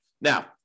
Now